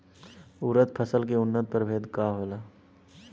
उरद फसल के उन्नत प्रभेद का होला?